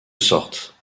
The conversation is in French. sorte